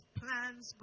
plans